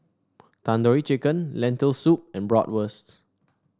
Tandoori Chicken Lentil Soup and Bratwurst